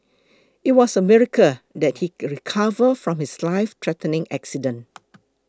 it was a miracle that he recovered from his lifethreatening accident